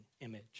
image